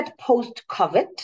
post-COVID